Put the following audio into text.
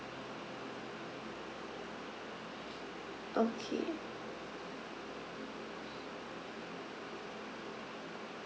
okay